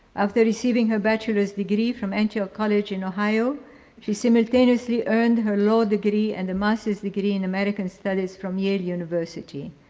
after receiving her bachelor's degree from antioch college in ohio she simultaneously earned her law degree and a master's degree in american studies from yale university.